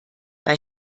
bei